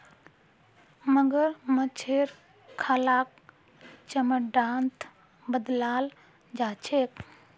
मगरमच्छेर खालक चमड़ात बदलाल जा छेक